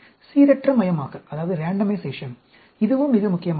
சீரற்றமயமாக்கல் இதுவும் மிக முக்கியமானது